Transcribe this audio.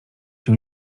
się